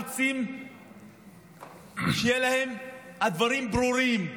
רוצים שיהיו להם דברים ברורים,